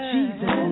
Jesus